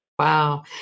Wow